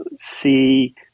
see